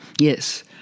yes